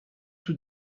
tout